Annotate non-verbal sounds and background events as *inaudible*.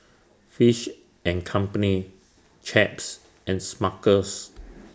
Fish and Company Chaps and Smuckers *noise*